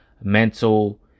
mental